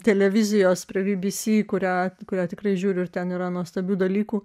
televizijos prie bbc kurią kuriuo tikrai žiūriu ir ten yra nuostabių dalykų